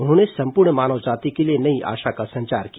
उन्होंने सम्पूर्ण मानव जाति के लिए नई आशा का संचार किया